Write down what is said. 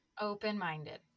open-minded